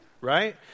Right